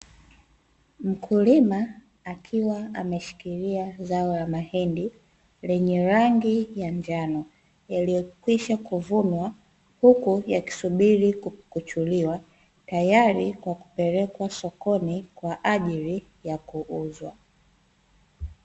Mkulima akiwa ameshikilia zao la mahindi, lenye rangi ya njano yaliyokwisha kuvunwa, huku yakisubiri kupukuchuliwa, tayari kwa kupelekwa sokoni kwa ajili ya kuuzwa.